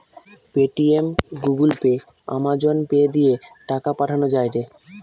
Paytm, Google pay, Amazon pay দিয়ে টাকা পাঠান যায়টে